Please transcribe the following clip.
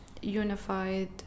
unified